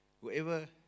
Whoever